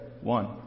one